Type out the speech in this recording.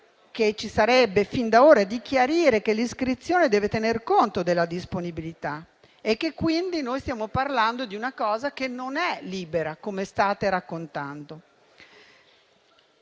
che ci sarebbe fin da ora, di chiarire che l'iscrizione deve tener conto della disponibilità e che quindi noi stiamo parlando di qualcosa che non è libera come state raccontando.